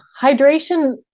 Hydration